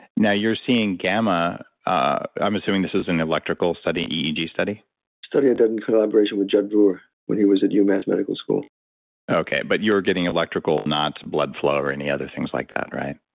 now you're seeing gamma, i'm assuming this is an electrical study, eeg study a study done in collaboration with jud brewer when he was at umass medical school okay. but you're getting electrical, not blood flow or any other things like that, right?